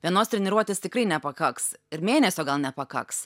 vienos treniruotės tikrai nepakaks ir mėnesio gal nepakaks